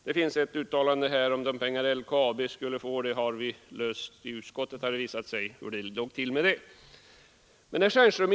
Det finns i motionen ett uttalande om de pengar som LKAB skulle få, men det framkom under utskottsarbetet hur det låg till med den saken.